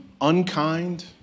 unkind